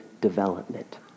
development